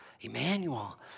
Emmanuel